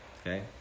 Okay